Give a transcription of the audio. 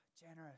generous